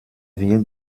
wird